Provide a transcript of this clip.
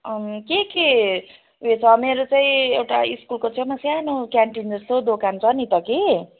अनि के के ऊ यो छ मेरो चाहिँ एउटा स्कुलको छेउमा सानो क्यान्टिन जस्तो दोकान छ नि त कि